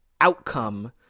outcome